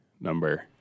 number